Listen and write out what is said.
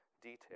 detail